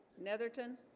netherton